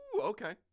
okay